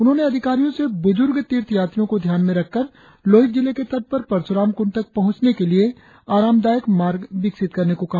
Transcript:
उन्होंने अधिकारियों से बुजुर्ग तीर्थ यात्रियों को ध्यान में रखकर लोहित नदी के तट पर परशुराम कुंड तक पहुचने के लिए आरामदायक मार्ग विकसित करने को कहा